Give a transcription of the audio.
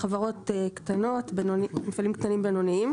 קטנים ובינוניים.